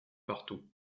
partout